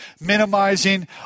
minimizing